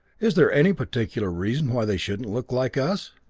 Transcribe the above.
is there any particular reason why they shouldn't look like us?